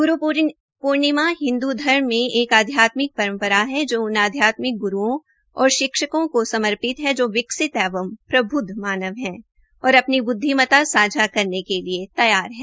ग्रू पूर्णिमा हिन्दू धर्म मे एक अध्यात्मिक पंरपरा है जो उन आध्यात्मिक ग्रूओं और शिक्षकों को समर्पित है जो विकसित एवं प्रबुद्व मानव है और अपनी ब्दविमता सांझा करने के लिये तैयार है